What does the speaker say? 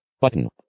Button